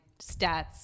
stats